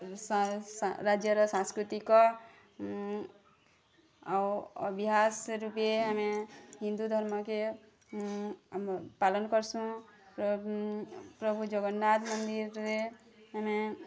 ସାରା ରାଜ୍ୟର ସାଂସ୍କୃତିକ ଆଉ ଅଭ୍ୟାସ୍ ରୂପେ ଆମେ ହିନ୍ଦୁ ଧର୍ମକେ ଆମର୍ ପାଲନ୍ କରୁସୁଁ ପ୍ରଭୁ ପ୍ରଭୁ ଜଗନ୍ନାଥ ମନ୍ଦିର୍ରେ ଆମେ